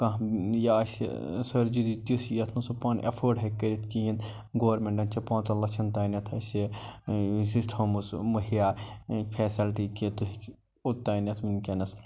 کانٛہہ یہِ اَسہِ سٔرجٔری تژہ یَتھ نہٕ سُہ پانہٕ اٮ۪فٲڈ ہیٚکہِ کٔرِتھ کِہیٖنۍ گورمیٚنٹن چھِ پانژن لچھن تانیٚتھ اَسہِ یہِ تھٲمٕژ مہِیا فیسلٹی کہِ تُہۍ ہیٚکِو اوٚتانیٚتھ وُنکٮ۪نس